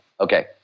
okay